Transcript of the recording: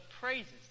praises